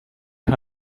can